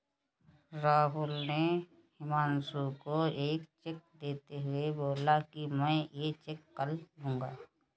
राहुल ने हुमांशु को एक चेक देते हुए बोला कि मैं ये चेक कल लूँगा